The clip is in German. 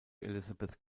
elizabeth